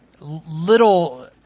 little